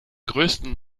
größten